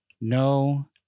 No